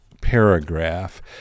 paragraph